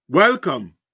Welcome